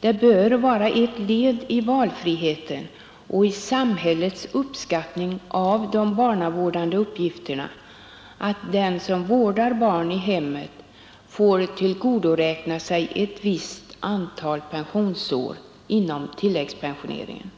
Det är bara ett led i valfriheten och i samhällets uppskattning av de barnavårdande uppgifterna att den som vårdar barn i hemmet får tillgodoräkna sig ett visst antal pensionsår inom tilläggspensioneringen.